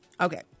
Okay